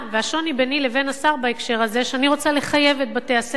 והשוני ביני לבין השר בהקשר הזה הוא שאני רוצה לחייב את בתי-הספר,